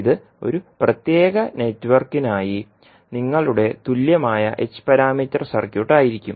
ഇത് ഒരു പ്രത്യേക നെറ്റ്വർക്കിനായി നിങ്ങളുടെ തുല്യമായ h പാരാമീറ്റർ സർക്യൂട്ട് ആയിരിക്കും